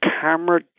camera